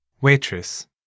Waitress